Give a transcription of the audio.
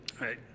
Right